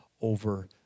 over